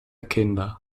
kinder